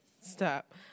Stop